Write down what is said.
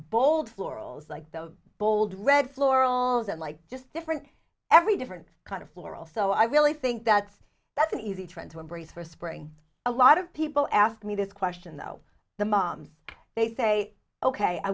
bold florals like the bold red florals and like just different every different kind of floral so i really think that that's an easy trend to embrace for spring a lot of people ask me this question though the moms they say ok